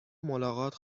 ملاقات